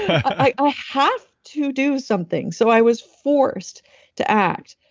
i i have to do something. so, i was forced to act.